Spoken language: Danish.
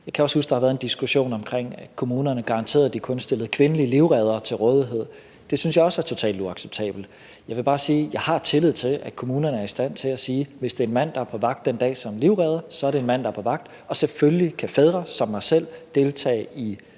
Jeg kan også huske, at der har været en diskussion om, at kommunerne skulle garantere, at de kun stillede kvindelige livreddere til rådighed. Det synes jeg også er totalt uacceptabelt. Jeg vil bare sige, at jeg har tillid til, at kommunerne er i stand til at sige, at hvis det er en mand, der er på vagt den dag som livredder, så er det en mand, der er på vagt. Og selvfølgelig kan fædre som mig selv deltage i